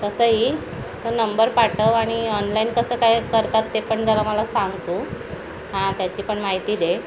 तसंही तो नंबर पाठव आणि ऑनलाईन कसं काय करतात ते पण जरा मला सांग तू हां त्याची पण माहिती दे